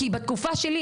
כי בתקופה שלי,